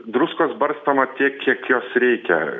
druskos barstoma tiek kiek jos reikia